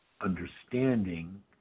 understanding